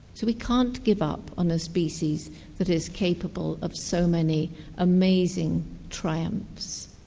so we can't give up on a species that is capable of so many amazing triumphs.